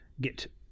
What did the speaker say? get